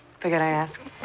forget i asked.